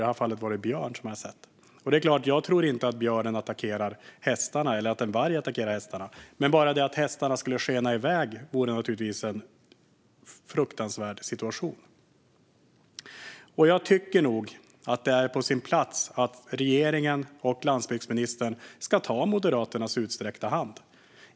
I det här fallet var det björn som man hade sett. Jag tror inte att björnen attackerar hästarna eller att en varg gör det. Men bara det att hästarna skenar iväg vore naturligtvis en fruktansvärd situation. Jag tycker nog att det är på sin plats om regeringen och landsbygdsministern tar Moderaternas utsträckta hand.